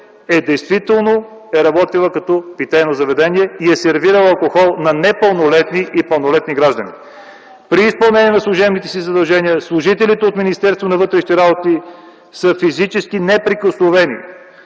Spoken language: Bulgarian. действително е работила като питейно заведение и е сервирано алкохол на непълнолетни и пълнолетни граждани. При изпълнение на служебните си задължения служителите от Министерството на вътрешните работи са физически неприкосновени